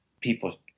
people